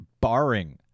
barring